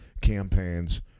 campaigns